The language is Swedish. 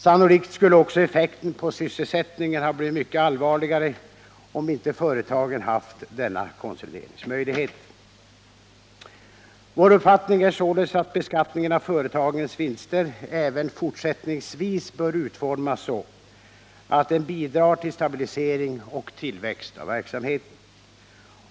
Sannolikt skulle också effekten på sysselsättningen ha blivit mycket allvarligare om inte företagen haft denna konsolideringsmöjlighet. Vår uppfattning är således att beskattningen av företagens vinster även fortsättningsvis bör utformas så att den bidrar till stabilisering och tillväxt av verksamheten.